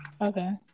okay